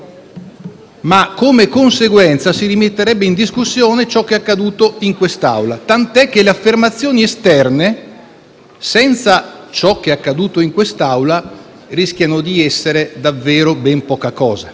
come conseguenza, si rimetterebbe in discussione ciò che è accaduto in quest'Aula. Tant'è vero che le affermazioni esterne, senza ciò che è accaduto in quest'Aula, rischiano di essere davvero ben poca cosa.